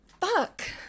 Fuck